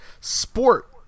sport